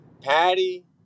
Patty